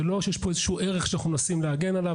זה לא שיש פה איזשהו ערך שאנחנו מנסים להגן עליו,